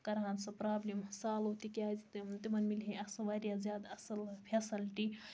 کَرہَن سۄ پرابلم سالو تکیازِ تِم تِمَن مِلہِ ہا اصل واریاہ زیادٕ اصل پھیسَلٹی